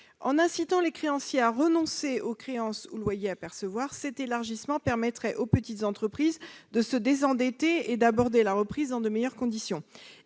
En incitant les créanciers à renoncer aux créances ou loyers à percevoir, cet élargissement permettrait aux petites entreprises de se désendetter et d'aborder la reprise dans de meilleures conditions.